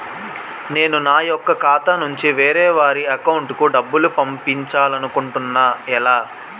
నేను నా యెక్క ఖాతా నుంచి వేరే వారి అకౌంట్ కు డబ్బులు పంపించాలనుకుంటున్నా ఎలా?